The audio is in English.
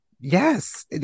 Yes